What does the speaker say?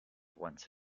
once